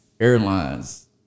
Airlines